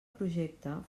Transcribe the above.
projecte